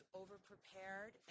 over-prepared